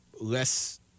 less